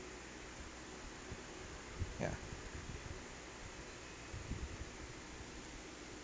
ya